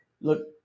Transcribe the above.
Look